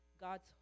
God's